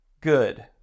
good